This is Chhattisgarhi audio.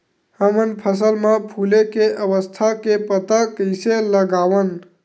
हमन फसल मा फुले के अवस्था के पता कइसे लगावन?